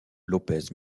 lópez